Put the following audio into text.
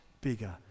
bigger